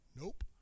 nope